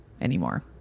anymore